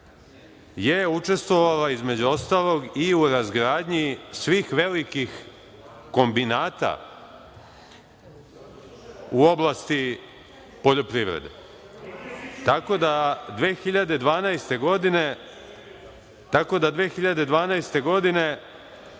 je učestvovala, između ostalog, i u razgradnji svih velikih kombinata u oblasti poljoprivrede. Tako da 2012. godine,